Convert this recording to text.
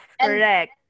correct